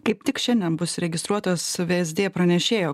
kaip tik šiandien bus registruotos vsd pranešėjo